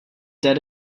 debt